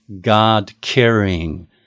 God-carrying